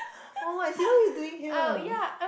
oh I see what you doing here